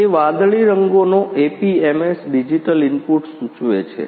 તે વાદળી રંગોનો એપીએમએસ ડિજિટલ ઇનપુટ સૂચવે છે